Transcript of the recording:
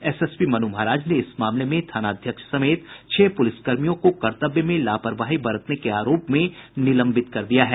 SSP Manu Maharaj ने इस मामले में थानाध्यक्ष समेत छह पुलिस कर्मियों को कर्तव्य में लापरवाही बरतने के आरोप में निलंबित कर दिया है